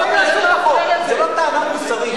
זאת לא טענה מוסרית.